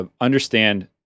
understand